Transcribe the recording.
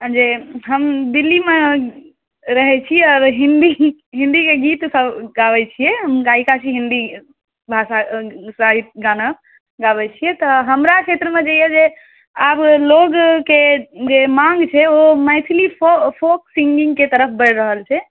जी हम दिल्लीमे रहै छी आओर हिन्दी हिन्दीके गीतसब गाबै छिए हम गायिका छिए हिन्दी भाषाके गाना गाबै छिए तऽ हमरा क्षेत्रमे जे अइ जे आब लोकके जे माँग छै ओ मैथिली फोक फोक सिन्गिङ्गके तरफ बढ़ि रहल छै